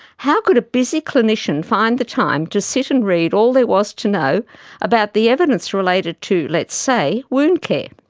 how could a busy clinician find the time to sit and read all there was to know about the evidence related to, let's say, wound care?